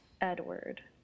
Edward